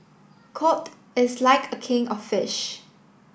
cod is like a king of fish